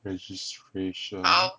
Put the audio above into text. registration